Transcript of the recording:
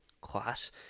class